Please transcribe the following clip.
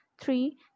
Three